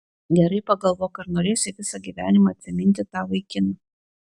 gerai pagalvok ar norėsi visą gyvenimą atsiminti tą vaikiną